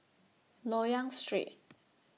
Loyang Street